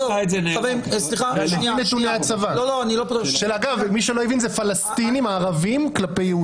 מי שלא הבין, זה פלסטינים ערבים כלפי יהודים.